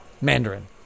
Mandarin